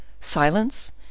silence